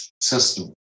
system